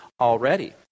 already